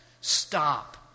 Stop